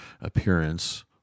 appearance